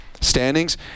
standings